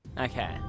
Okay